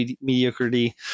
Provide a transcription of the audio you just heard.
mediocrity